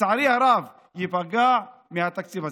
לצערי הרב, ייפגע מהתקציב הזה.